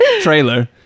trailer